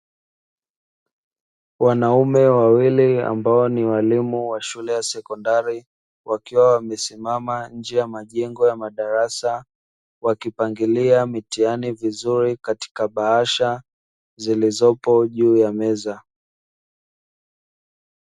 Wanaume wawili ambao ni walimu wa shule ya sekondari wakiwa wamesimama nje ya majengo ya madarasa wakipangilia mitihani vizuri katika bahasha zilizopo juu ya meza.